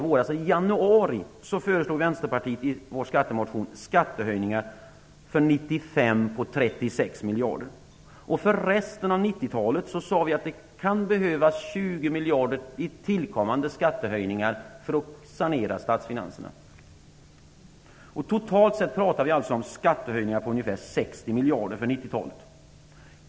I januari föreslåg 1995 om 36 miljarder. Vi sade också att det för resten av 90-talet kan behövas 20 miljarder i tillkommande skattehöjningar för att sanera statsfinanserna. Totalt talar vi om skattehöjningar om ungefär 60 miljarder för 90-talet.